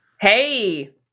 Hey